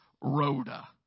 Rhoda